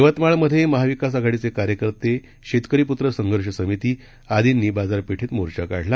यवतमाळमध्ये महाविकास आघाडीचे कार्यकतें शेतकरी पुत्र संघर्ष समिती आदिंनी बाजारपेठेत मोर्चा काढला